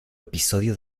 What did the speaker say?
episodio